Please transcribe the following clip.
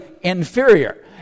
inferior